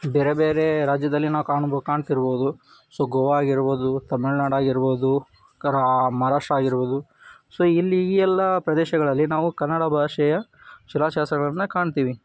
ಬೇರೆ ಬೇರೆ ರಾಜ್ಯದಲ್ಲಿ ನಾವು ಕಾಣ್ಬೊ ಕಾಣ್ತಿರ್ಬೋದು ಸೊ ಗೋವಾ ಆಗಿರ್ಬೋದು ತಮಿಳ್ನಾಡು ಆಗಿರ್ಬೋದು ಕರಾ ಮಹಾರಾಷ್ಟ್ರ ಆಗಿರ್ಬೋದು ಸೊ ಇಲ್ಲಿ ಈ ಎಲ್ಲ ಪ್ರದೇಶಗಳಲ್ಲಿ ನಾವು ಕನ್ನಡ ಭಾಷೆಯ ಶಿಲಾ ಶಾಸನಗಳನ್ನ ಕಾಣ್ತೀವಿ